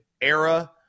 era